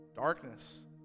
darkness